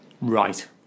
Right